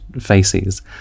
faces